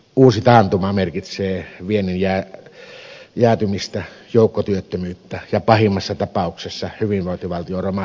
uusi taantuma merkitsee viennin jäätymistä joukkotyöttömyyttä ja pahimmassa tapauksessa hyvinvointivaltion romahdusta